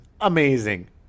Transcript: Amazing